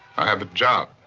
i have a job.